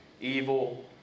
evil